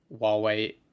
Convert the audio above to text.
Huawei